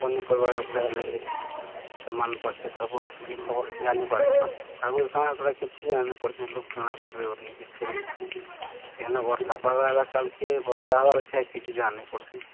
ପନିପରିବାର ଉପରେ ହେଲେ ବି ସେମାନେ ପାଖେ ସବୁ ଆସୁଛି ଖବର ଜାଣିପାରୁଛନ୍ ଆଗରୁ କାଣା ସେଟା କିଛି ଜାଣିନି ପଡ଼ିଥ ଲୋକ କାଣା କରିବେ କରିକ କିଛି ନାହିଁ କେନ ବର୍ଷାପାଗ ହେଲା କାଲକେ ବର୍ଷା ହବାର୍ ଅଛେ କିଛି ଜାନି ନପଡ଼ିଥି